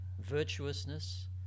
Virtuousness